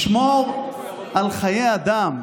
לשמור על חיי אדם,